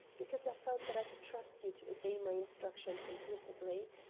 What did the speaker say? because i felt that i could trust you to obey my instructions implicitly.